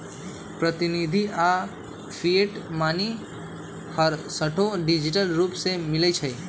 प्रतिनिधि आऽ fiat money हरसठ्ठो डिजिटल रूप में मिलइ छै